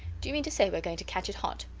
do you mean to say we are going to catch it hot?